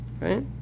Right